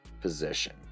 position